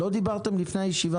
לא דיברתם ביניכם לפני הישיבה?